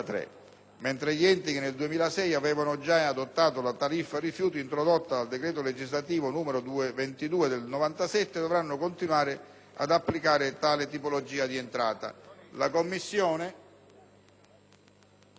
mentre gli enti che nel 2006 avevano già adottato la tariffa rifiuti introdotta dal decreto legislativo n. 22 del 1997 dovranno continuare ad applicare tale tipologia di entrata.